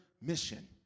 mission